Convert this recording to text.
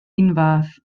unfath